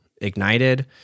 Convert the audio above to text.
Ignited